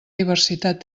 diversitat